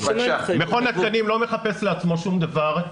מכון התקנים לא מחפש לעצמו שום דבר,